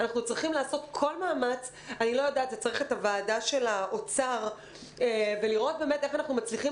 אנחנו צריכים לעשות כל מאמץ עם הוועדה של האוצר ולראות איך מצליחים